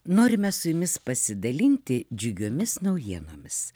norime su jumis pasidalinti džiugiomis naujienomis